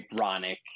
ironic